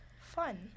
Fun